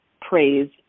praise